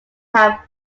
have